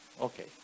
Okay